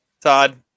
todd